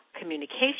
communication